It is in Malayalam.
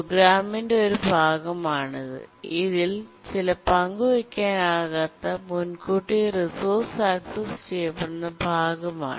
പ്രോഗ്രാമിന്റെ ഒരു ഭാഗമാണിത് ഇതിൽ ചില പങ്കുവെക്കാനാകാത്ത മുൻകൂട്ടി റിസോഴ്സ് ആക്സസ് ചെയ്യപ്പെടുന്ന ഭാഗമാണ്